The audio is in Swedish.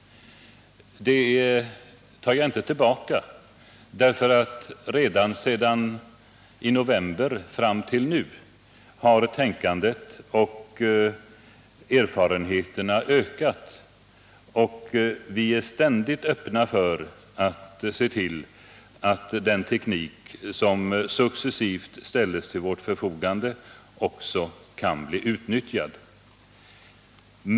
Det tar jag inte tillbaka, därför att redan sedan november och fram till nu har tänkandet och erfarenheterna ökat, och vi är samtidigt öppna för att se till att den teknik som successivt ställs till vårt förfogande också kan bli utnyttjad.